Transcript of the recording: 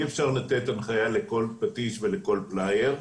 נכון, אי-אפשר לתת הנחיה לכל פטיש ולכל פלייר,